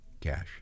Cash